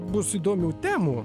bus įdomių temų